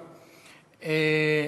בסדר.